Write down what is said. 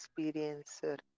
experiencer